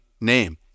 name